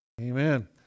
Amen